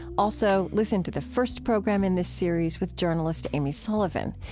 also listen to the first program in this series with journalist amy sullivan.